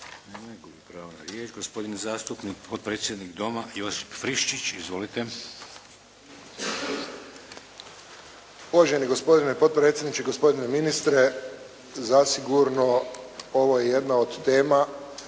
Poštovani gospodine potpredsjedniče, gospodine ministre, zasigurno ovo je jedna od tema